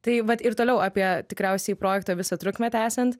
tai vat ir toliau apie tikriausiai projekto visą trukmę tęsiant